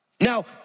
Now